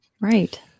Right